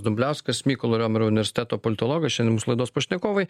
dumbliauskas mykolo riomerio universiteto politologas šiandien mūsų laidos pašnekovai